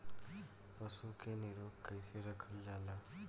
पशु के निरोग कईसे रखल जाला?